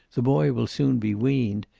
the boy will soon be weaned.